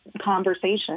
conversation